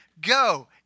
go